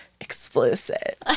explicit